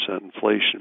inflation